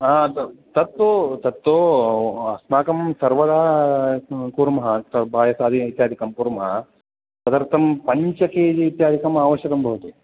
तत्तु तत्तू आम्म् अस्माकं सर्वदा कुर्मः तत् पायसादी इत्यादिकं कुर्मः तदर्थं पञ्च के जी इत्यादिकम् आवश्यकं भवति